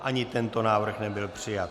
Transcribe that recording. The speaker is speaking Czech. Ani tento návrh nebyl přijat.